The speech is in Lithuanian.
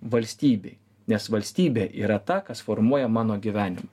valstybei nes valstybė yra ta kas formuoja mano gyvenimą